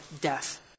death